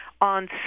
on